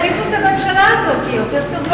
בגלל זה החליפו את הממשלה הזאת, כי היא יותר טובה.